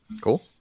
Cool